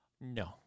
No